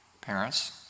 parents